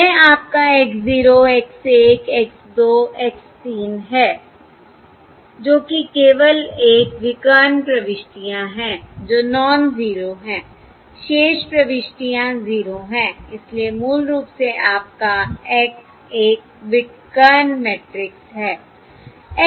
यह आपका X 0 X 1 X 2 X 3 है जो कि केवल एक विकर्ण प्रविष्टियाँ हैं जो नॉन ज़ीरो हैं शेष प्रविष्टियाँ 0 हैं इसलिए मूल रूप से आपका X एक विकर्ण मैट्रिक्स है